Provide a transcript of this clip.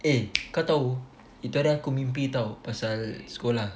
eh kau tahu itu hari aku mimpi [tau] pasal sekolah